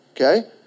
okay